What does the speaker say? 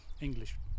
English